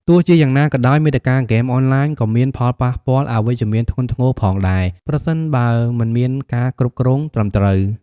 ទោះជាយ៉ាងណាក៏ដោយ មាតិកាហ្គេមអនឡាញក៏មាន ផលប៉ះពាល់អវិជ្ជមាន ធ្ងន់ធ្ងរផងដែរ ប្រសិនបើមិនមានការគ្រប់គ្រងត្រឹមត្រូវ។